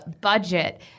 budget